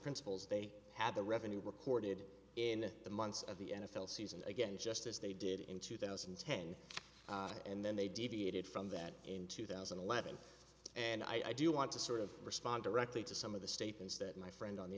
principles they had the revenue recorded in the months of the n f l season again just as they did in two thousand and ten and then they deviated from that in two thousand and eleven and i do want to sort of respond directly to some of the statements that my friend on the